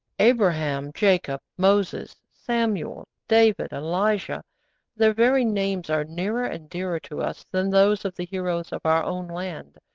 abraham, jacob, moses, samuel, david, elijah their very names are nearer and dearer to us than those of the heroes of our own land.